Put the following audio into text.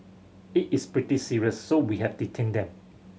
it is pretty serious so we have detained them